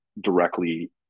directly